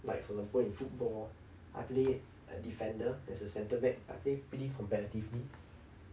like for example in football I play a defender as a centre back I play pretty competitively